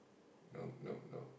no no no